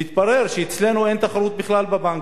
והתברר שאצלנו אין תחרות בכלל בבנקים,